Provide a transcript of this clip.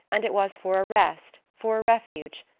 and it was for a rest, for a refuge,